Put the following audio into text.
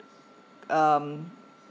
um